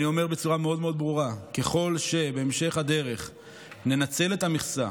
אני אומר בצורה מאוד ברורה: ככל שבהמשך הדרך ננצל את המכסה